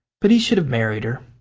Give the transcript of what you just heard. but he should have married her.